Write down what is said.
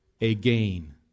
again